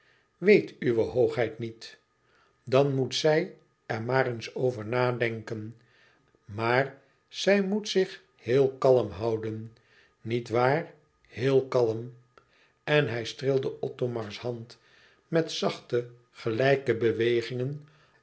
weet uwe hoogheid niet dan moet zij er maar eens over denken maar zij moet zich heel kalm houden niet waar héel kalm en hij streelde othomars hand met zachte gelijke bewegingen